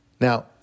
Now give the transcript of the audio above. Now